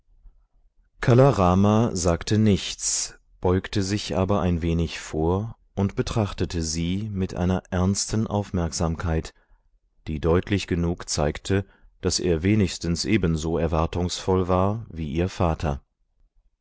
kala rama sagte nichts beugte sich aber ein wenig vor und betrachtete sie mit einer ernsten aufmerksamkeit die deutlich genug zeigte daß er wenigstens ebenso erwartungsvoll war wie ihr vater